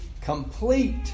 complete